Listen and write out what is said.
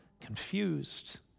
confused